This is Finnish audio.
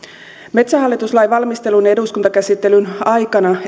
metsähallitus lain valmistelun ja eduskuntakäsittelyn aikana